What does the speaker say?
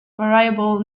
variable